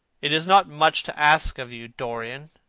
it is not much to ask of you, dorian,